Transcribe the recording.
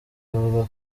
avuga